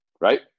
Right